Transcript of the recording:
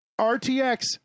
RTX